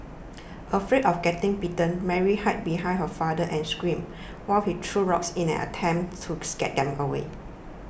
afraid of getting bitten Mary hid behind her father and screamed while he threw rocks in an attempt to scare them away